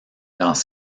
dans